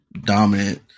dominant